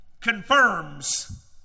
confirms